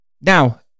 Now